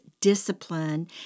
discipline